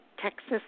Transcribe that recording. Texas